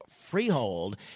Freehold